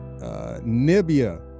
Nibia